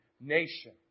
nation